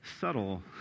subtle